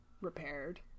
repaired